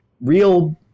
real